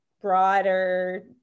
broader